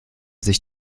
sich